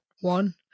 One